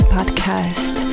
Podcast